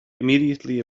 immediately